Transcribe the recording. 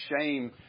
shame